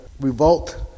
revolt